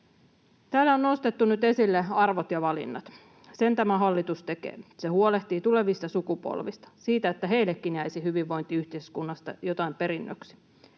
Täällä on nostettu nyt esille arvot ja valinnat. Sen tämä hallitus tekee. Se huolehtii tulevista sukupolvista, siitä, että heillekin jäisi hyvinvointiyhteiskunnasta jotain perinnöksi.